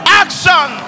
action